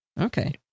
okay